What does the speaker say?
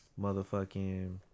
motherfucking